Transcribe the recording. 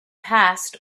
past